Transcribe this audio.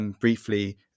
briefly